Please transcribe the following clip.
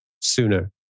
sooner